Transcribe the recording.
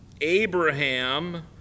Abraham